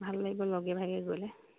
ভাল লাগিব লগে ভাগে গ'লে